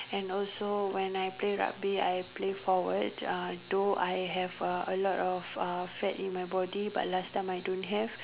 and also when I play rugby I play forward uh though I have a a lot of uh fat in my body but last time I don't have